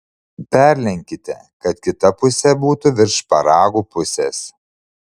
perlenkite kad kita pusė būtų virš šparagų pusės